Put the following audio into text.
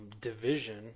division